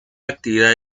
actividad